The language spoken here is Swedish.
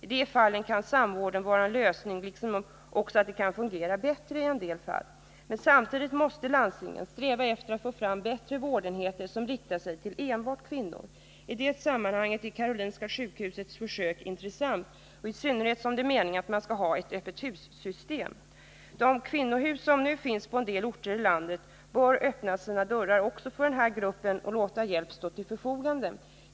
I de fallen kan samvården vara en lösning. Den kan också fungera bättre i en del fall. Men samtidigt måste landstingen sträva efter att få fram bättre vårdenheter som riktar sig till enbart kvinnor. I det sammanhanget är Karolinska sjukhusets försök intressant, i synnerhet som det är meningen att man skall ha ett öppet hus-system. De kvinnohus som nu finns på en del orter i landet bör öppna sina dörrar också för den här gruppen kvinnor och låta hjälp stå till förfogande.